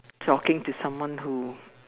talking to someone who